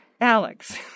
Alex